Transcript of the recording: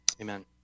Amen